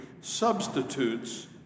substitutes